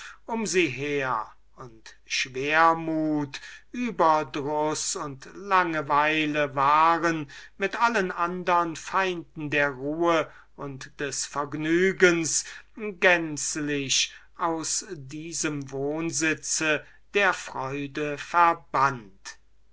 um sie her und schwermut überdruß und langeweile waren mit allen andern feinden der ruhe und des vergnügens aus diesem wohnplatz der freude